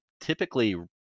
typically